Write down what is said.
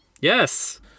Yes